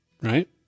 right